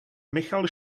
michal